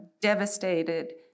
devastated